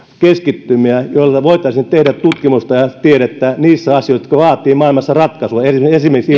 keskittymiä joissa voitaisiin tehdä tutkimusta ja tiedettä niissä asioissa jotka vaativat maailmassa ratkaisua esimerkiksi